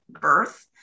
birth